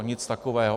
Nic takového.